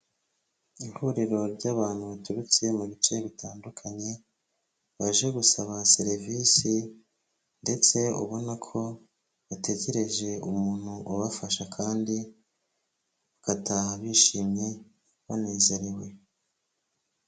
Ihuriro ry'abantu baturutse mu bice bitandukanye, baje gusaba serivisi ndetse ubona ko bategereje umuntu ubafasha kandi bagataha bishimye banezerewe.